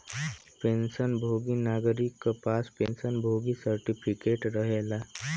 pension भोगी नागरिक क पास पेंशन भोगी सर्टिफिकेट रहेला